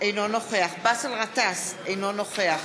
אינו נוכח באסל גטאס, אינו נוכח